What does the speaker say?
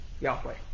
Yahweh